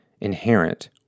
inherent